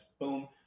Boom